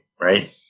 right